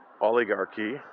oligarchy